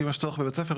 כי אם יש צורך בבית ספר,